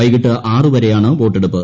വൈകീട്ട് ആറുവരെയാണ് വോട്ടെടുപ്പ്